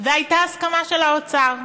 והייתה הסכמה של האוצר,